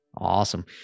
Awesome